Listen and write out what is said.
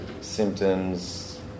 symptoms